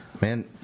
man